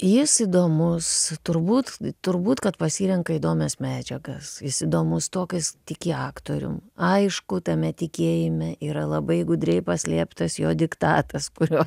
jis įdomus turbūt turbūt kad pasirenka įdomias medžiagas jis įdomus tuo ka jis tiki aktorium aišku tame tikėjime yra labai gudriai paslėptas jo diktatas kurio